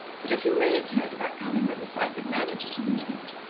but if you really cared about comin' with us, i could manage it in a minute